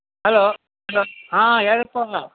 hello hello ಹಾಂ ಯಾರಪ್ಪ